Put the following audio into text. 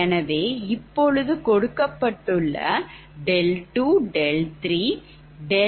எனவே இப்போது கொடுக்கப்பட்டுள்ள ɗ2 ɗ3